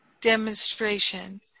demonstration